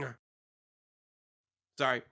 Sorry